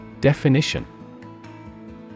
Definition